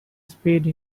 spade